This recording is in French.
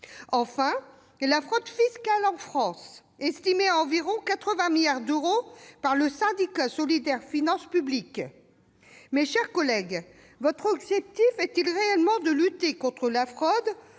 dont le coût est évalué, en France, à environ 80 milliards d'euros par le syndicat Solidaires Finances publiques. Mes chers collègues, votre objectif est-il réellement de lutter contre la fraude,